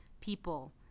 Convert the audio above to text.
people